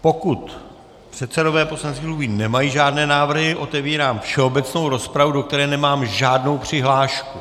Pokud předsedové poslaneckých klubů nemají žádné návrhy, otevírám všeobecnou rozpravu, do které nemám žádnou přihlášku.